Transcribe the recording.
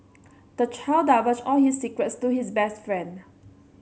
the child divulged all his secrets to his best friend